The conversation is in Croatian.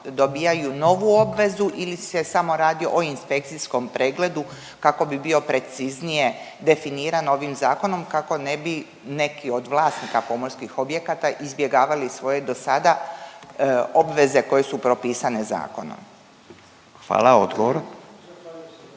dobijaju novu obvezu ili se samo radi o inspekcijskom pregledu kako bi bio preciznije definiran ovim Zakonom, kako ne bi neki od vlasnika pomorskih objekata izbjegavali svoje do sada obveze koje su propisane zakonom? **Radin,